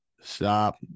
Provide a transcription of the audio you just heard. Stop